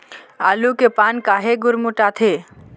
आलू के पान काहे गुरमुटाथे?